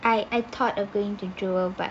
I I thought of going to jewel but